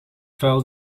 fel